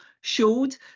showed